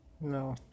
No